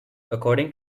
according